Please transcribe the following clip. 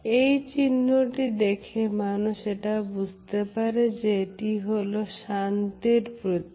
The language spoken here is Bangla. এই চিহ্নটি দেখে মানুষ এটা বুঝতে পারে যে এটি হলো শান্তির প্রতীক